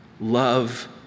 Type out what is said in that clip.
love